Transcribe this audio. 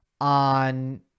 On